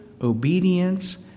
obedience